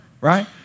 right